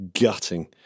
Gutting